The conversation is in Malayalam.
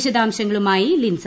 വിശദാംശങ്ങളുമായി ലിൻസ